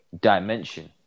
dimension